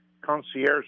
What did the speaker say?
concierge